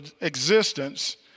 existence